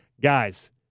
Guys